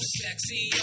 sexy